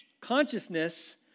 consciousness